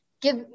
give